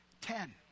Ten